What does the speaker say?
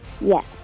Yes